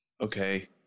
okay